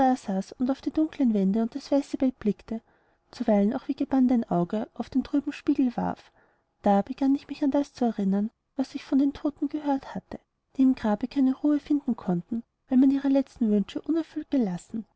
und auf die dunklen wände und das weiße bett blickte zuweilen auch wie gebannt ein auge auf den trübe blinkenden spiegel warf da begann ich mich an das zu erinnern was ich von toten gehört hatte die im grabe keine ruhe finden konnten weil man ihre letzten wünsche unerfüllt gelassen